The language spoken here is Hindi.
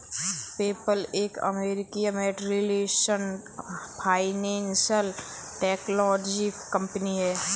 पेपल एक अमेरिकी मल्टीनेशनल फाइनेंशियल टेक्नोलॉजी कंपनी है